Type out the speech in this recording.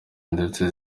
ndetse